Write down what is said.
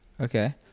Okay